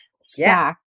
stack